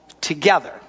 together